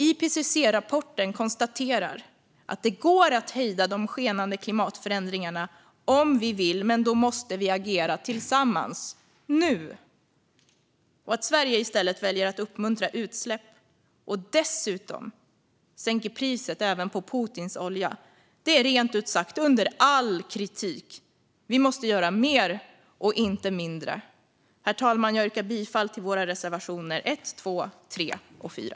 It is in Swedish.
IPCC-rapporten konstaterar att det går att hejda de skenande klimatförändringarna om vi vill, men då måste vi agera tillsammans nu. Att Sverige i stället väljer att uppmuntra utsläpp och dessutom sänker priset även på Putins olja är rent ut sagt under all kritik. Vi måste göra mer, inte mindre. Herr talman! Jag yrkar bifall till våra reservationer 1, 2, 3 och 4.